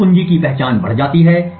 गुप्त कुंजी की पहचान बढ़ जाती है